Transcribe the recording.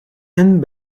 and